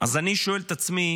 אז אני שואל את עצמי: